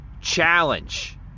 challenge